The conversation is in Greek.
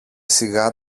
σιγά